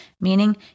meaning